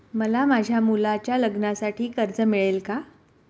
मला माझ्या मुलाच्या लग्नासाठी कर्ज मिळेल का?